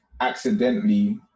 Accidentally